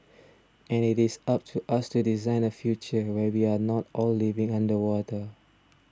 and it is up to us to design a future where we are not all living underwater